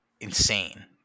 insane